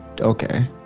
Okay